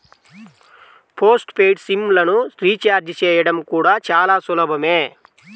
post paid SIM లను recharge చేయడం కూడా చాలా సులభమే